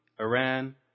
Iran